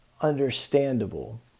understandable